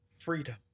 freedom